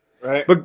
Right